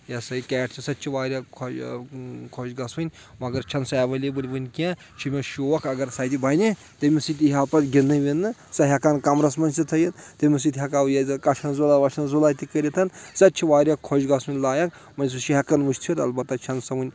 یہِ سہَ یہِ کیٹ چھِ سۄ تہِ چھِ واریاہ خۄش گژھوٕنۍ مگر چھنہٕ سۄ اؠولیبٕل وٕنہِ کینٛہہ چھُ مےٚ شوق اگر سۄ تہِ بَنہِ تٔمِس سۭتۍ تہِ ہا پتہٕ گِنٛدنہٕ وِنٛدنہٕ سۄ ہؠکن کمرس منٛز تہِ تھٲیِتھ تٔمِس سۭتۍ ہؠکو ییٚتہِ کَشَن ذۄلا وَشَن ذۄلا تہِ کٔرِتھ سۄ تہِ چھِ واریاہ خۄش گژھُن لایق وۄنۍ سُہ چھِ ہؠکان وٕچھِتھ البتہ چھنہٕ سۄ وُنہِ